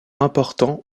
importants